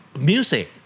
music